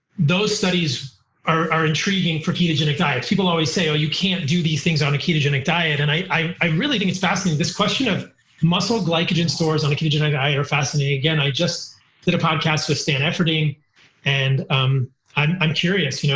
those studies are are intriguing for ketogenic diets. people always say, oh, you can't do these things on a ketogenic diet, and i i really think it's fascinating. this question of muscle glycogen stores on a ketogenic diet are fascinating. again, i just did a podcast with stan efferding and i'm curious. you know